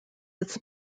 its